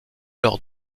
lors